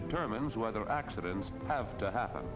determines whether accidents have to happen